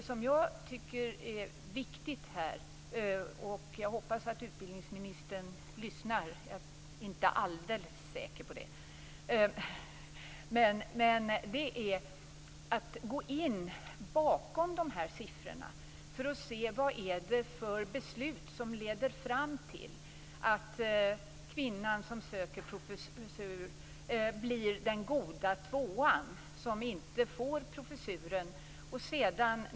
Vad jag tycker är viktigt här - jag hoppas att utbildningsministern lyssnar men jag är inte alldeles säker på det - är att gå in bakom de här siffrorna för att se vad det är för beslut som leder fram till att den kvinna som söker en professur blir den goda tvåan som inte får professuren.